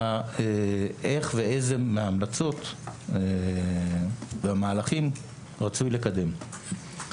איך ואיזה מההמלצות והמהלכים רצוי לקדם.